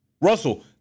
Russell